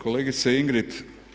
Kolegice Ingrid.